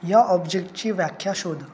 या ऑब्जेक्टची व्याख्या शोध